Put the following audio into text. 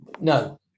no